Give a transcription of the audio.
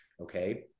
Okay